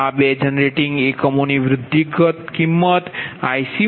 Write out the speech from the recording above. અને આ બે જનરેટિંગ એકમો ની વૃદ્ધિગત કિંમત IC10